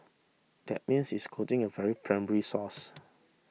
that means it's quoting a very primary source